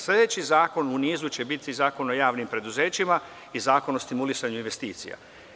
Sledeći zakon u nizu će biti Zakon o javnim preduzećima i Zakon o stimulisanju investicija.